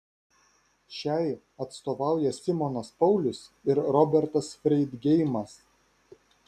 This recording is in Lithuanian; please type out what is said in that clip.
šiai atstovauja simonas paulius ir robertas freidgeimas